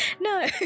No